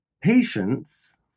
Patience